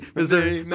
Missouri